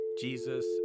Jesus